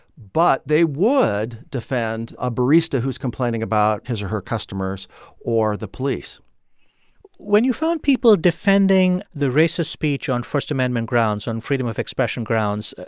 but they would defend a barista who's complaining about his or her customers or the police when you found people defending the racist speech on first amendment grounds, on freedom of expression grounds,